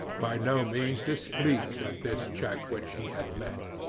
by no means displeased at this check which he had met.